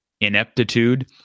ineptitude